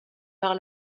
par